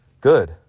Good